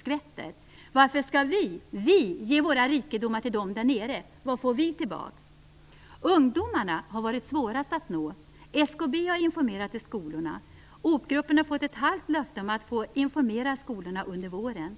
skvätter: Varför skall vi ge våra rikedomar till dem där nere? Vad får vi tillbaks? Ungdomarna har varit svårast att nå. SKB har informerat i skolorna. Op-gruppen har fått ett halvt löfte om att få informera i skolorna under våren.